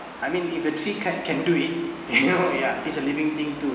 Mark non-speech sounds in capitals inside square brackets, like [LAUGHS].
I mean if a tree can can do it [LAUGHS] you know ya is a living thing too